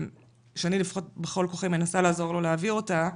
שאני לפחות בכל כוחי מנסה לעזור לו להעביר אותה,